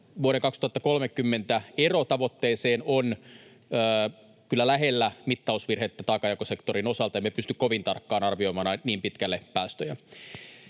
vuoden 2030 tavoitteeseen on kyllä lähellä mittausvirhettä taakanjakosektorin osalta: emme pysty kovin tarkkaan arvioimaan niin pitkälle päästöjä.